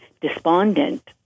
despondent